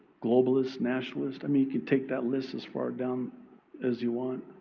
globalist, nationalist. i mean, you could take that list is far down as you want.